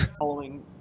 Following